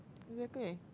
exactly